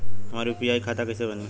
हमार खाता यू.पी.आई खाता कइसे बनी?